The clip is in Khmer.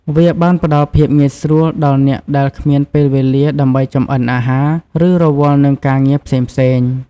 វាបានផ្ដល់ភាពងាយស្រួលដល់អ្នកដែលគ្មានពេលវេលាដើម្បីចម្អិនអាហារ ឬរវល់នឹងការងារផ្សេងៗ។